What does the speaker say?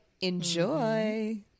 enjoy